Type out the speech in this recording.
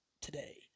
today